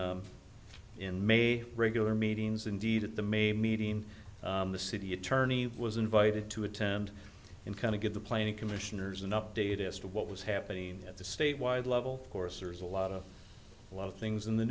april in may regular meetings indeed at the may meeting the city attorney was invited to attend and kind of give the planning commissioners an update as to what was happening at the statewide level of course there's a lot of a lot of things in the